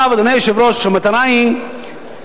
אדוני היושב-ראש, המטרה היא להקל.